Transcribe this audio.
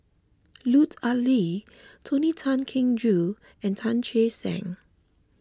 Lut Ali Tony Tan Keng Joo and Tan Che Sang